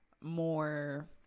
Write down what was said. more